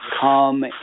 come